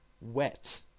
Wet